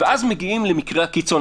ואז מגיעים למקרה הקיצון.